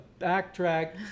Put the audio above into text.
backtrack